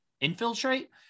infiltrate